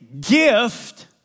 gift